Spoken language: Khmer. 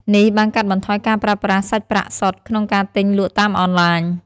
នេះបានកាត់បន្ថយការប្រើប្រាស់សាច់ប្រាក់សុទ្ធក្នុងការទិញលក់តាមអនឡាញ។